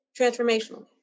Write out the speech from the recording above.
Transformational